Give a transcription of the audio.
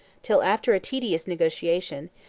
till, after a tedious negotiation,